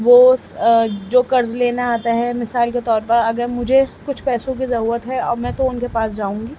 وہ جو قرض لینے آتا ہے مثال کے طور پر اگر مجھے کچھ پیسوں کی ضرورت ہے اب میں توان کے پاس جاؤں گی